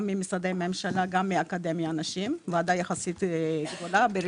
גם ממשרדי ממשלה, גם מהאקדמיה, ועדה יחסית גדולה.